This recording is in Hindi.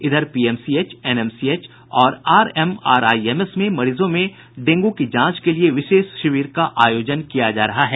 इधर पीएमसीएच एनएमसीएच और आरएमआरआईएमएस में मरीजों में डेंगू की जांच के लिए विशेष शिविर का आयोजन किया जा रहा है